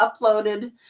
uploaded